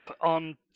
On